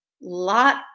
lot